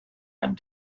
and